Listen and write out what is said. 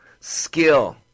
skill